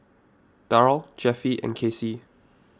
Darl Jeffie and Kasey